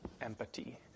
Empathy